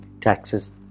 taxes